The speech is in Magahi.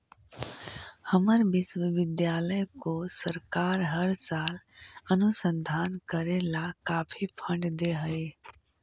हमर विश्वविद्यालय को सरकार हर साल अनुसंधान करे ला काफी फंड दे हई